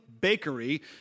bakery